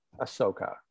Ahsoka